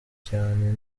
cyane